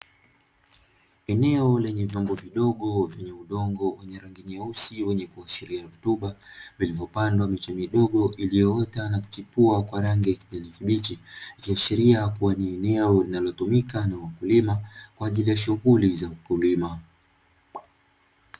Eneo lenye vyombo vyenye udongo wenye rangi nyeusi wenye kuashiria rutuba viliyopandwa miche midogo iliyoota na kuchipua kwa rangi ya kijani kibichi ikiashiria kuwa ni eneo linalotumika na wakulima kwa ajili ya shughuli za ukulima.